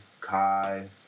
Kai